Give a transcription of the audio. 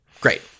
Great